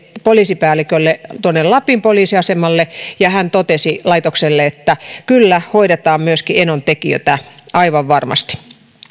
poliisipäällikölle lapin poliisiasemalle ja hän totesi laitokselle että kyllä hoidetaan myöskin enontekiötä aivan varmasti